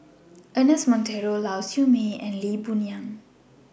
Ernest Monteiro Lau Siew Mei and Lee Boon Yang